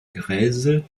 grèzes